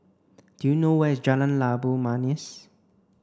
do you know where is Jalan Labu Manis